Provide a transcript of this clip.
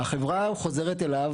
והחברה חוזרת אליו.